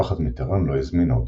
משפחת מיטראן לא הזמינה אותם.